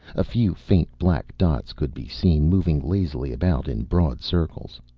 a few faint black dots could be seen, moving lazily about, in broad circles.